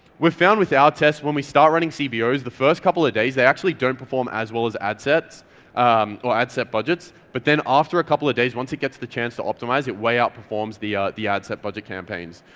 we've found with our test when we start running cbos is the first couple of days, they actually don't perform as well as ad sets or ad set budgets, but then after a couple of days once it gets the chance to optimise it way outperforms the ah the ad set budget campaigns.